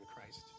Christ